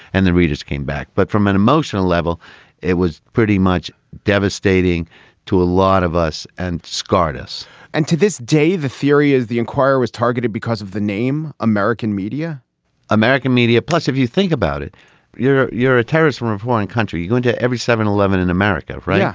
and then we just came back. but from an emotional level it was pretty much devastating to a lot of us and scarred us and to this day the theory is the enquirer was targeted because of the name american media american media plus if you think about it you're you're terrorism of one country. you go into every seven eleven in america right. yeah